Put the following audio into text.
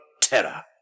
terror